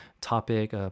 topic